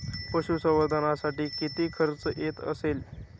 पशुसंवर्धनासाठी किती खर्च येत असेल?